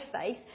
faith